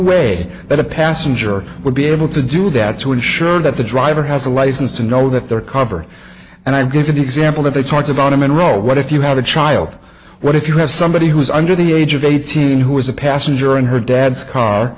way that a passenger would be able to do that to ensure that the driver has a license to know that their cover and i've given the example that they talked about i'm in row what if you have a child what if you have somebody who is under the age of eighteen who was a passenger in her dad's car